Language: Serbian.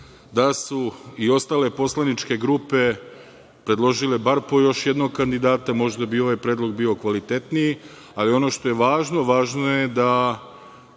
Da su i ostale poslaničke grupe predložile bar po još jednog kandidata, možda bi ovaj predlog bio kvalitetniji, ali ono što je važno, važno je da